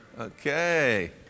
Okay